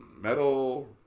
metal